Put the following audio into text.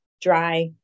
dry